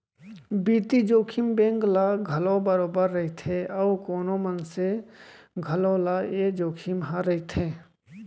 बित्तीय जोखिम बेंक ल घलौ बरोबर रइथे अउ कोनो मनसे घलौ ल ए जोखिम ह रइथे